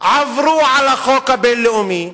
עברו על החוק הבין-לאומי.